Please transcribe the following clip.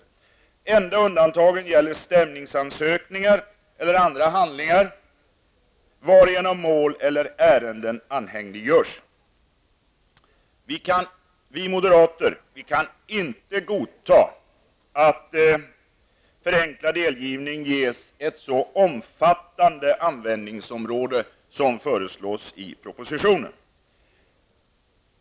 Det enda undantaget gäller stämningsansökan eller andra handlingar varigenom mål eller ärenden anhängiggörs. Vi moderater kan inte godta att förenklad delgivning ges ett så omfattande användningsområde som föreslås i propositionen.